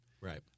Right